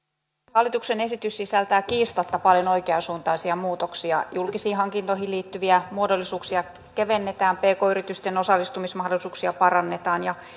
hallituksen esitys sisältää kiistatta paljon oikeansuuntaisia muutoksia julkisiin hankintoihin liittyviä muodollisuuksia kevennetään pk yritysten osallistumismahdollisuuksia parannetaan ja